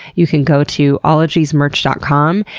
you can go to ologiesmerch dot com,